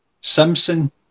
Simpson